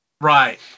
Right